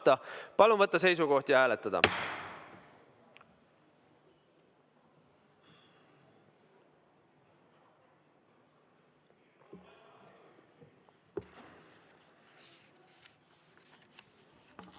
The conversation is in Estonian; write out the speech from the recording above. Palun võtta seisukoht ja hääletada!